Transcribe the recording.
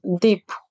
deep